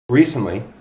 Recently